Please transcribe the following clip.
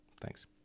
Thanks